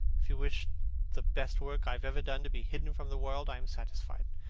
if you wish the best work i have ever done to be hidden from the world, i am satisfied.